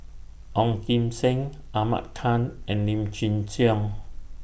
Ong Kim Seng Ahmad Khan and Lim Chin Siong